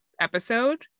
episode